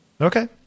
Okay